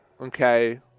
okay